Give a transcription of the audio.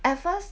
at first